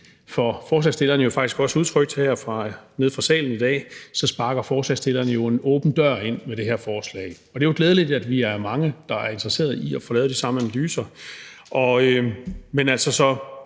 for forslagsstillerne jo faktisk også udtrykt nede fra salen her i dag, at forslagsstillerne sparker en åben dør ind. Det er glædeligt, at vi er mange, der er interesserede i at få lavet de samme analyser, men altså,